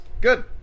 Good